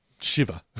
shiver